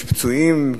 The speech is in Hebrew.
יש פצועים,